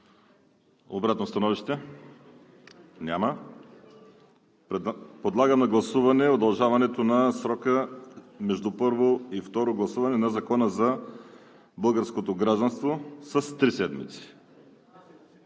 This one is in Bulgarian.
Обратно становище? Няма. Подлагам на гласуване удължаването на срока между първо и второ гласуване на Закона за българското гражданство с три седмици.